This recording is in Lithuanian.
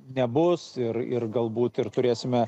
nebus ir ir galbūt ir turėsime